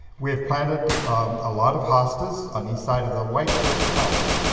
we have planted a lot of hostas on east side of the white brick house.